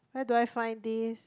where do I find this